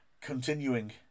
continuing